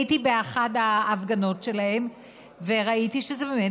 הייתי באחת ההפגנות שלהם וראיתי שזה באמת